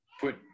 put